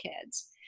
kids